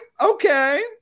okay